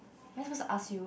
am i supposed to ask you